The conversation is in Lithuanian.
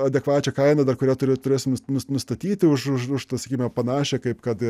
adekvačią kainą dar kurią turi turės nus nus nustatyti už už sakykime panašią kaip kad